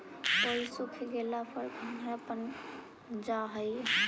ओहि सूख गेला पर घंघरा बन जा हई